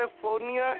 California